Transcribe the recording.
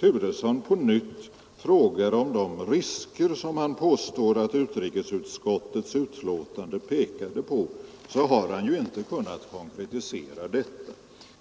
Turesson på nytt frågar om de risker som han påstår att utrikesutskottets betänkande pekade på, så har han inte kunnat konkretisera dessa.